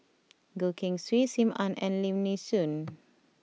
Goh Keng Swee Sim Ann and Lim Nee Soon